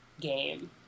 game